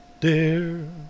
dear